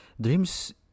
dreams